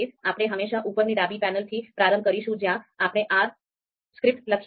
આપણે હંમેશાં ઉપરની ડાબી પેનલથી પ્રારંભ કરીશું જ્યાં આપણે R સ્ક્રિપ્ટ લખી છે